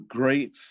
great